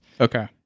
okay